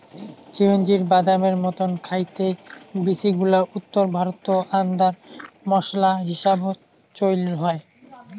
চিরোঞ্জির বাদামের মতন খাইতে বীচিগুলা উত্তর ভারতত আন্দার মোশলা হিসাবত চইল হয়